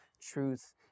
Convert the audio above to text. truth